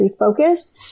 refocus